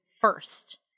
first